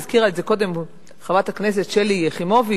הזכירה את זה קודם חברת הכנסת שלי יחימוביץ,